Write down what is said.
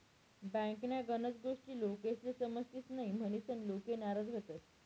बँकन्या गनच गोष्टी लोकेस्ले समजतीस न्हयी, म्हनीसन लोके नाराज व्हतंस